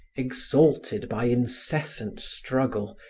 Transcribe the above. exalted by incessant struggle,